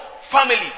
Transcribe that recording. family